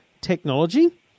technology